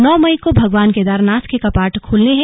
नौ मई को भगवान केदारनाथ के कपाट खुलने हैं